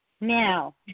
Now